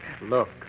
Look